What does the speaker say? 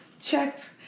checked